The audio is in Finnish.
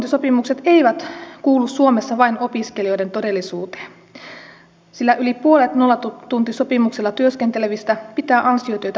nollatuntisopimukset eivät kuulu suomessa vain opiskelijoiden todellisuuteen sillä yli puolet nollatuntisopimuksella työskentelevistä pitää ansiotyötä pääasiallisena toimintanaan